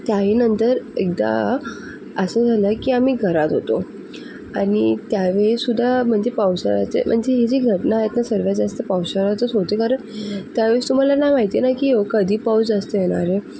त्याही नंतर एकदा असं झालं की आम्ही घरात होतो आणि त्यावेळीसुद्धा म्हणजे पावसाळ्याचे म्हणजे हे जे घटना आहेत ना सर्वात जास्त पावसाळ्यातच होते कारण त्यावेळेस तुम्हाला नाही माहिती ना की ओ कधी पाऊस जास्त येणार आहे